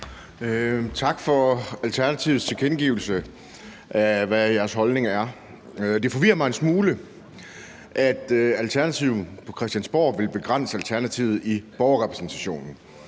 Tak for Alternativets tilkendegivelse af, hvad jeres holdning er. Det forvirrer mig en smule, at Alternativet på Christiansborg vil begrænse Alternativet i borgerrepræsentationen.